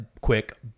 quick